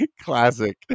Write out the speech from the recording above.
classic